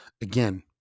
Again